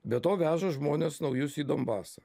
be to veža žmones naujus į donbasą